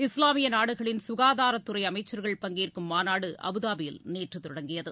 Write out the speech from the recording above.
இஸ்லாமியநாடுகளின் சுகாதாரத் துறைஅமைச்சர்கள் பங்கேற்கும் மாநாடு அபுதாபியில் நேற்றுதொடங்கியது